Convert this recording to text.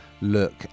look